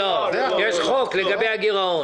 יש חוק לגבי הגירעון.